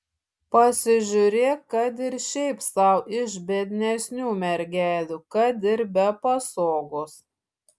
pasižiūrėk kad ir šiaip sau iš biednesnių mergelių kad ir be pasogos